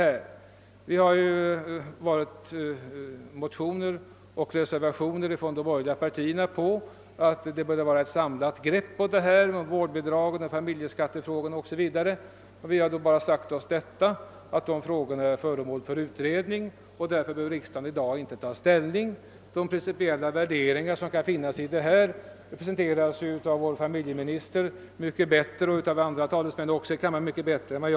I motioner och reservationer från de borgerliga partierna har framförts önskemål om ett samlat grepp på vårdbidragen, familjeskattefrågorna 0. s. Vv. Vi har då bara sagt att de frågorna är föremål för utredning och att riksdagen därför inte behöver taga ställning. De principiella värderingar som kan göras i detta sammanhang kan belysas av vår familjeminister och av ledamöter av denna kammare mycket bättre än av mig.